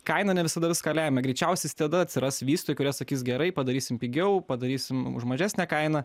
kaina ne visada viską lemia greičiausias tada atsiras vystojų kurie sakys gerai padarysim pigiau padarysim už mažesnę kainą